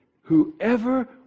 whoever